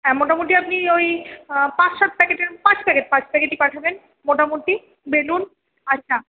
হ্যাঁ মোটামোটি আপনি ওই পাঁচ সাত প্যাকেটের পাঁচ প্যাকেট পাঁচ প্যাকেটই পাঠাবেন মোটামোটি বেলুন আচ্ছা